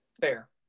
Fair